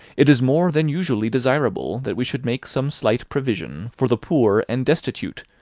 it is more than usually desirable that we should make some slight provision for the poor and destitute,